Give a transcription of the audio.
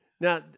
Now